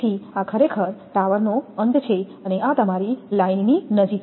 તેથી આ ખરેખર આ ટાવર અંત છે અને આ તમારી લાઇનની નજીક છે